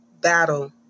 battle